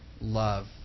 love